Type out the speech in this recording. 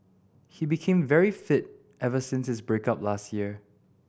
he became very fit ever since his break up last year